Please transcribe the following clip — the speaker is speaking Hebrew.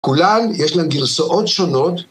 כולם יש להם גרסאות שונות